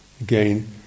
Again